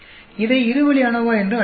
இதை இரு வழி அநோவா என்று அழைப்போம்